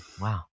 Wow